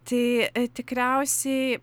tai tikriausiai